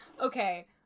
Okay